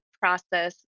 process